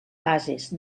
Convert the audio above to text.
bases